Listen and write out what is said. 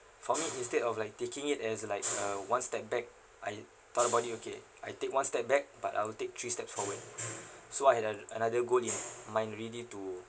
for me instead of like taking it as like a one the back I thought about it okay I take one step back but I'll take three steps forward so I had uh another goal in mind really to